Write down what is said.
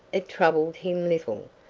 it troubled him little,